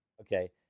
Okay